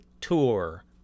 Tour